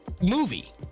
movie